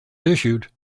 issued